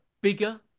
bigger